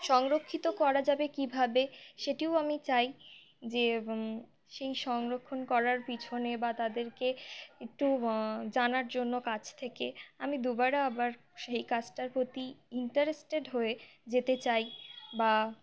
সংরক্ষিত করা যাবে কীভাবে সেটিও আমি চাই যে সেই সংরক্ষণ করার পিছনে বা তাদেরকে একটু জানার জন্য কাছ থেকে আমি দুবার আবার সেই কাজটার প্রতি ইন্টারেস্টেড হয়ে যেতে চাই বা